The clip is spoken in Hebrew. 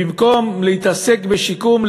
במקום להתעסק בשיקום,